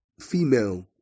female